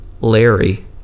Larry